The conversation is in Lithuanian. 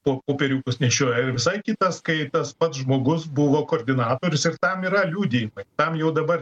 po popieriukus nešioja ir visai kitas kai tas pats žmogus buvo koordinatorius ir tam yra liudijimai tam jau dabar